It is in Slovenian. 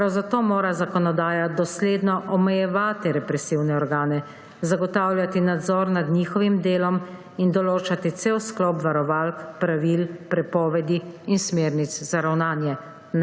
Prav zato mora zakonodaja dosledno omejevati represivne organe, zagotavljati nadzor nad njihovim delom in določati cel sklop varovalk, pravil, prepovedi in smernic za ravnanje,